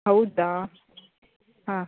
ಹೌದಾ ಹಾಂ